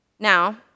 Now